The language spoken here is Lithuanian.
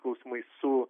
klausimai su